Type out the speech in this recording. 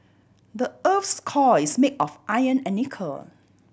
the earth's core is made of iron and nickel